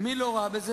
ידענו מה אנחנו